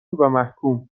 ومحکوم